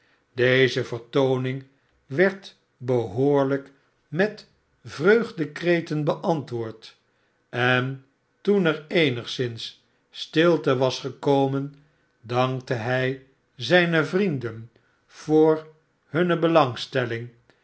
deze vertooning werd behoorlijk met vreugdekreten beantwoord en toen er eenigszins stilte was gekomen dankte hij zijne vrienden voor hunne belangstelling